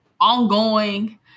ongoing